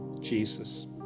Jesus